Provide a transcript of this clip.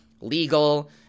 legal